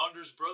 SaundersBrothers